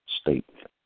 statement